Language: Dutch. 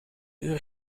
uur